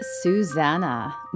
Susanna